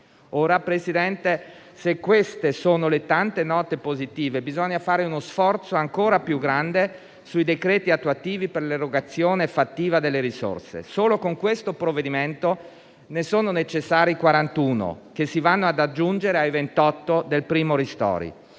Presidente, se queste sono le tante note positive, bisogna fare uno sforzo ancora più grande sui decreti attuativi per l'erogazione fattiva delle risorse. Solo con questo provvedimento ne sono necessari 41, che si vanno ad aggiungere ai 28 del primo